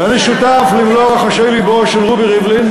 ואני שותף למלוא רחשי לבו של רובי ריבלין,